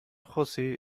josé